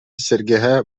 сэргэҕэ